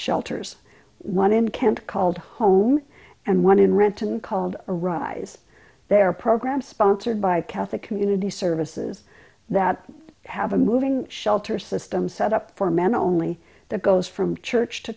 shelters one in camp called home and one in renton called arise their program sponsored by catholic community services that have a moving shelter system set up for men only that goes from church to